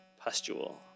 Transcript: pustule